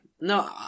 No